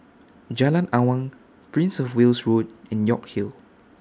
Jalan Awang Prince of Wales Road and York Hill